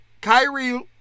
Kyrie